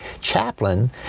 chaplain